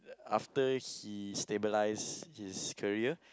after he stabilize his career